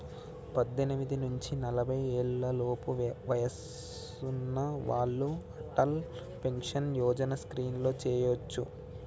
పద్దెనిమిది నుంచి నలభై ఏళ్లలోపు వయసున్న వాళ్ళు అటల్ పెన్షన్ యోజన స్కీమ్లో చేరొచ్చు